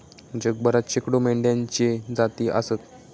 जगभरात शेकडो मेंढ्यांच्ये जाती आसत